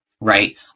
right